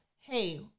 Hey